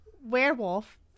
werewolf